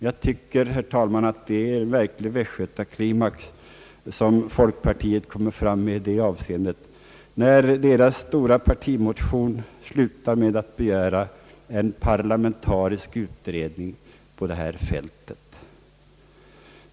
Jag tycker att folkpartiet kommer med en verklig västgötaklimax i detta avseende, när dess stora motion slutar med att begära en parlamentarisk utredning på detta fält.